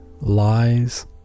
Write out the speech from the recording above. lies